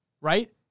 Right